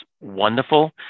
wonderful